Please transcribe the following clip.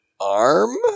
arm